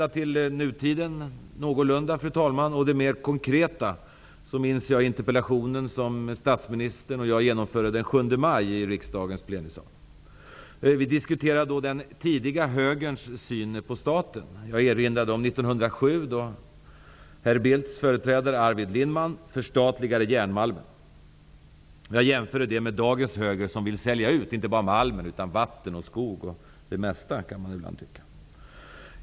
För att återvända till nutiden och det mer konkreta minns jag interpellationsdebatten som statsministern och jag genomförde den 7 maj i riksdagens plenisal. Vi diskuterade då den tidiga högerns syn på staten. Jag erinrade om 1907 då herr Bildts företrädare Arvid Lindman förstatliga järnmalmen. Jag jämförde det med dagens höger som vill sälja ut inte bara malmen utan vatten, skog och det mesta kan man tycka ibland.